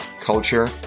culture